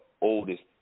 oldest